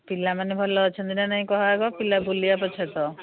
ପିଲାମାନେ ଭଲ ଅଛନ୍ତି ନା ନାହିଁ କହ ଆଗ ପିଲା ବୁଲିବା ପଛରେ ଥାଉ